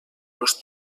los